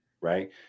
right